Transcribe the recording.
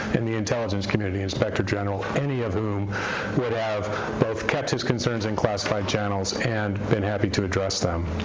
and the intelligence community inspector general, any of whom would have both kept his concerns in classified channels and been happy to address them.